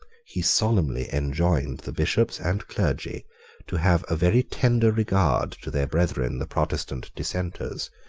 he solemnly enjoined the bishops and clergy to have a very tender regard to their brethren the protestant dissenters,